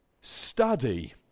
Study